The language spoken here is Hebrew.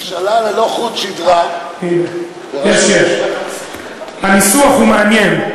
ממשלה ללא חוט שדרה, הניסוח הוא מעניין,